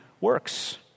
works